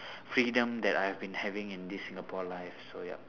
freedom that I have been having in this singapore life so ya